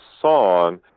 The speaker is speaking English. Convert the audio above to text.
song